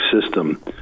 system